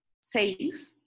safe